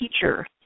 teacher